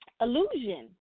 illusion